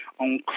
On